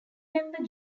member